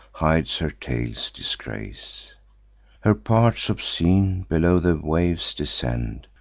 hides her tail's disgrace her parts obscene below the waves descend,